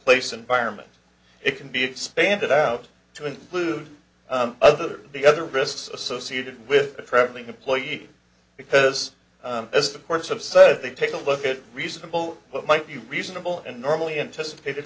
workplace environment it can be expanded out to include other the other risks associated with traveling employee because as the courts have said they take a look at reasonable what might be reasonable and normally anticipated